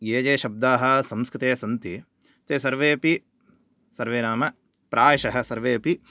ये ये शब्दाः संस्कृते सन्ति ते सर्वेऽपि सर्वे नाम प्रायशः सर्वेऽपि